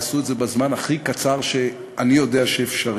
ועשו את זה בזמן הכי קצר שאני יודע שאפשרי.